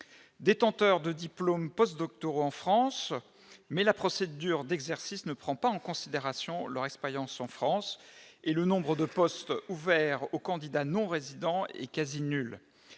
détenteurs de diplômes post-doctorants en France mais la procédure d'exercice ne prend pas en considération leur expérience en France et le nombre de postes ouverts aux candidats non résidents est quasi nul,